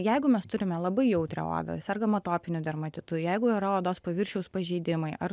jeigu mes turime labai jautrią odą sergam atopiniu dermatitu jeigu yra odos paviršiaus pažeidimai ar